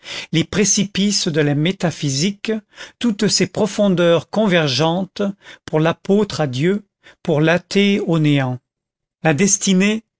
les précipices de la métaphysique toutes ces profondeurs convergentes pour l'apôtre à dieu pour l'athée au néant la destinée